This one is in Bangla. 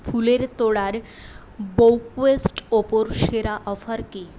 ফুলের তোড়ার বুকে ওপর সেরা অফার কি